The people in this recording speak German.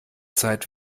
zeit